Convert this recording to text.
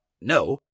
no